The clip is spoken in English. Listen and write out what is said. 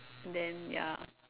then ya